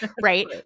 right